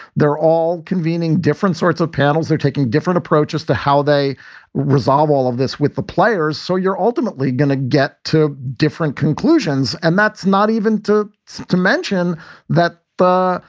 they're all convening different sorts of panels. they're taking different approaches to how they resolve all of this with the players. so you're ultimately going to get two different conclusions. and that's not even to to mention that the.